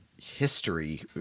history